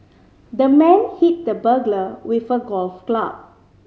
the man hit the burglar with a golf club